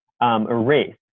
erase